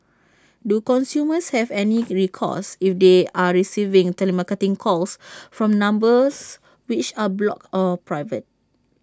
do consumers have any recourse if they are receiving telemarketing calls from numbers which are blocked or private